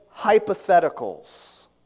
hypotheticals